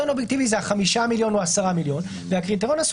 הקריטריון האובייקטיבי זה ה-5 מיליון או ה-10 מיליון,